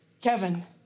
Kevin